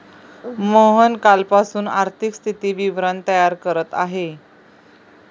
मोहन कालपासून आर्थिक स्थिती विवरण तयार करत आहे